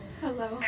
Hello